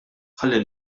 ħalli